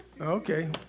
Okay